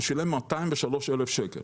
הוא שילם 203,000 ₪.